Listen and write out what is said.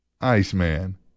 Iceman